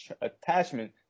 attachment